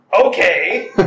Okay